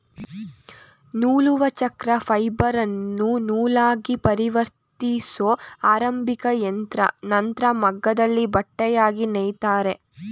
ನೂಲುವಚಕ್ರ ಫೈಬರನ್ನು ನೂಲಾಗಿಪರಿವರ್ತಿಸೊ ಆರಂಭಿಕಯಂತ್ರ ನಂತ್ರ ಮಗ್ಗದಲ್ಲಿ ಬಟ್ಟೆಯಾಗಿ ನೇಯ್ತಾರೆ